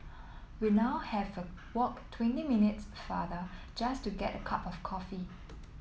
we now have to walk twenty minutes farther just to get a cup of coffee